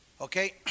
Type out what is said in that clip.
Okay